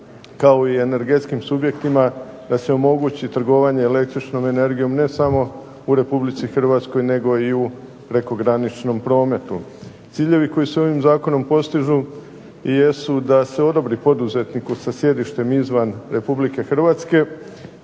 kao i energetskim subjektima da se omogući trgovanje električnom energijom ne samo u RH nego i u prekograničnom prometu. Ciljevi koji se ovim zakonom postižu jesu da se odobri poduzetniku sa sjedištem izvan RH znači